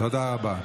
תודה רבה.